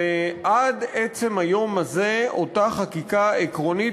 ועד עצם היום הזה אותה חקיקה עקרונית